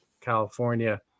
California